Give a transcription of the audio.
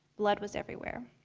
blood was everywhere.